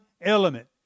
element